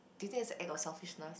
do you think it's a act of selfishness